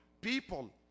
people